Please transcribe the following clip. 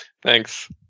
Thanks